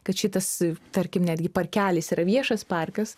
kad šitas tarkim netgi parkelis yra viešas parkas